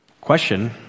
Question